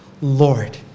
Lord